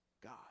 God